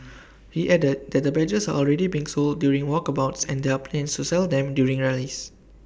he added that the badges are already being sold during walkabouts and there are plans to sell them during rallies